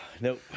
Nope